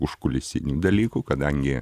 užkulisinių dalykų kadangi